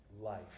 life